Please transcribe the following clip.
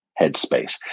headspace